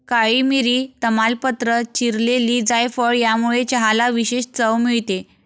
काळी मिरी, तमालपत्र, चिरलेली जायफळ यामुळे चहाला विशेष चव मिळते